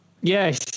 Yes